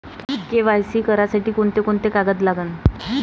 KYC करासाठी कोंते कोंते कागद लागन?